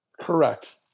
Correct